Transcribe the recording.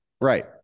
Right